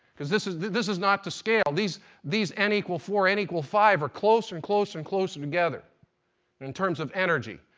because this is this is not to scale. these these n equal four, n equal five are closer and closer to and closer together in terms of energy.